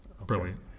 Brilliant